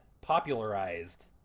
popularized